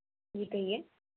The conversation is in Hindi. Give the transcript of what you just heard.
जी कहिए